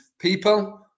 people